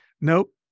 nope